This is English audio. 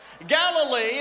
Galilee